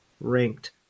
ranked